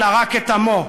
אלא רק את עמו.